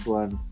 one